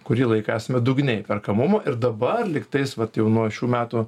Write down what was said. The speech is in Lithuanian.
kurį laiką esame dugne įperkamumo ir dabar lygtais vat jau nuo šių metų